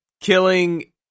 Killing